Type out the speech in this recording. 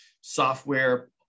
software